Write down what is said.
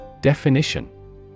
Definition